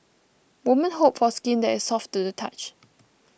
woman hope for skin that is soft to the touch